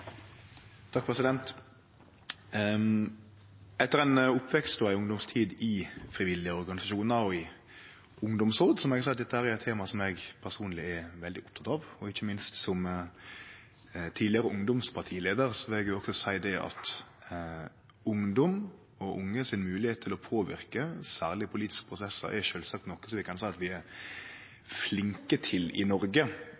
frivillige organisasjonar og i ungdomsråd må eg seie at dette er eit tema som eg personleg er veldig oppteken av. Ikkje minst som tidlegare ungdomspartileiar vil eg seie at dei unges moglegheit til særleg å påverke politiske prosessar sjølvsagt er noko vi kan seie at vi